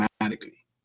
automatically